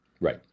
Right